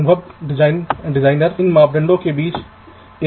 मान लीजिए कि आप कुछ सेल को पंक्तियों में रखते हैं